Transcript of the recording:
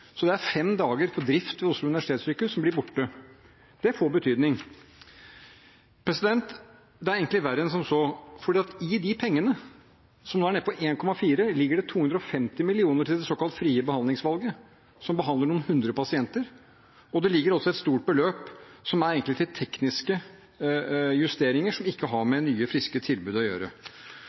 så det er fem dager til drift ved Oslo universitetssykehus som blir borte. Det får betydning. Det er egentlig verre enn som så. For i de pengene, som nå er nede på 1,4 mrd. kr, ligger det 250 mill. kr til det såkalte frie behandlingsvalget, som behandler noen hundre pasienter, og det ligger også et stort beløp der som egentlig er til tekniske justeringer, som ikke har med nye, friske tilbud å gjøre.